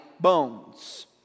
bones